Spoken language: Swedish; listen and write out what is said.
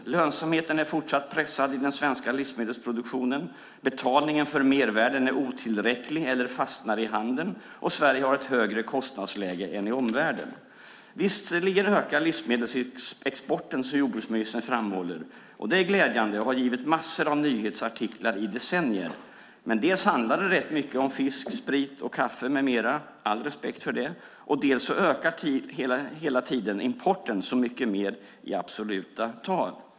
Lönsamheten är fortsatt pressad i den svenska livsmedelsproduktionen, betalningen för mervärden är otillräcklig eller fastnar i handeln och Sverige har ett högre kostnadsläge än omvärlden. Visserligen ökar livsmedelsexporten, som jordbruksministern framhåller. Det är glädjande och har givit massor av nyhetsartiklar i decennier. Men dels handlar det rätt mycket om fisk, sprit och kaffe med mera - all respekt för det - och dels ökar hela tiden importen så mycket mer i absoluta tal.